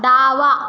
डावा